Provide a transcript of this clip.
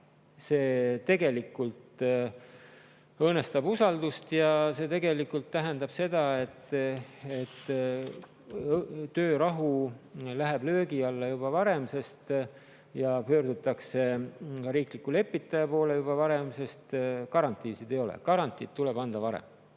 See tegelikult õõnestab usaldust ja tähendab seda, et töörahu läheb löögi alla juba varem ja pöördutakse riikliku lepitaja poole juba varem, sest garantiisid ei ole. Garantiid tuleb anda varem.